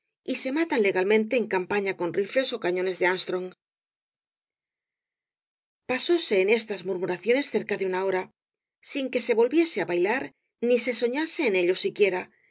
y se matan legalmente en campaña con rifles ó cañones de astrong pasóse en estas murmuraciones cerca de una hora i rosalía de castro sin que se volviese á bailar ni se soñase en ello siquiera